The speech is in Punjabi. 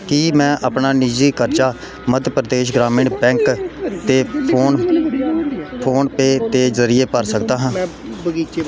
ਕੀ ਮੈਂ ਆਪਣਾ ਨਿੱਜੀ ਕਰਜ਼ਾ ਮੱਧ ਪ੍ਰਦੇਸ਼ ਗ੍ਰਾਮੀਣ ਬੈਂਕ ਅਤੇ ਫੋਨ ਫੋਨਪੇ ਦੇ ਜ਼ਰੀਏ ਭਰ ਸਕਦਾ ਹਾਂ